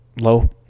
low